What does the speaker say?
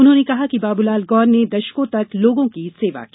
उन्होंने कहा कि बाबूलाल गौर ने दशकों तक लोगों की सेवा की